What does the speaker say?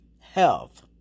health